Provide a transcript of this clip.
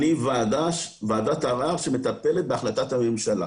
אני וועדת ערער שמטפלת בהחלטת הממשלה.